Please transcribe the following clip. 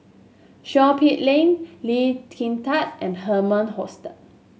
Seow Peck Leng Lee Kin Tat and Herman Hochstadt